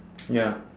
ya